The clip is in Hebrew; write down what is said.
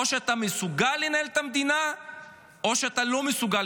או שאתה מסוגל לנהל את המדינה או שאתה לא מסוגל